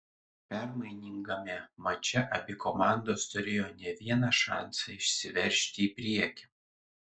permainingame mače abi komandos turėjo ne vieną šansą išsiveržti į priekį